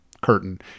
curtain